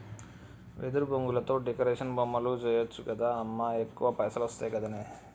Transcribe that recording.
వెదురు బొంగులతో డెకరేషన్ బొమ్మలు చేయచ్చు గదా అమ్మా ఎక్కువ పైసలొస్తయి గదనే